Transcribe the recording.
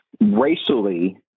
Racially